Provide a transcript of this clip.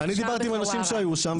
ואני אומר לך שדיברתי עם אנשים שהיו שם,